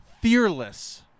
fearless